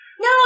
No